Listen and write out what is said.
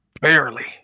Barely